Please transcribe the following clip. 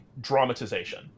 dramatization